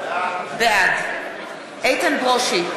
בעד איתן ברושי,